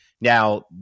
Now